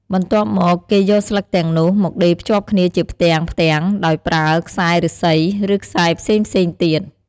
បន្ទាប់មក គេយកស្លឹកទាំងនោះមកដេរភ្ជាប់គ្នាជាផ្ទាំងៗដោយប្រើខ្សែឫស្សី ឬខ្សែផ្សេងៗទៀត។